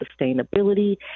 sustainability